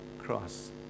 cross